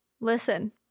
listen